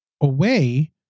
away